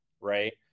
right